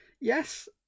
Yes